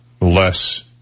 less